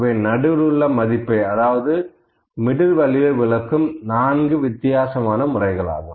இவை நடுவிலுள்ள மதிப்பை அதாவது மிடில் வேல்யூ ஐ விளக்கும் 4 வித்தியாசமான முறைகளாகும்